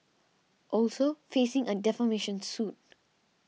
also facing a defamation suit